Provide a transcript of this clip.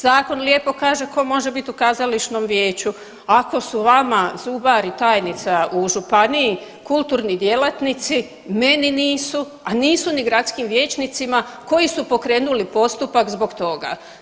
Zakon lijepo kaže tko može biti u kazališnom vijeću, ako su vama zubar i tajnica u županiji kulturni djelatnici, meni nisu, a nisu ni gradskim vijećnicima koji su pokrenuli postupak zbog toga.